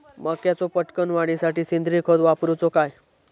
मक्याचो पटकन वाढीसाठी सेंद्रिय खत वापरूचो काय?